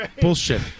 Bullshit